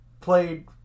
played